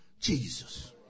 Jesus